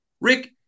Rick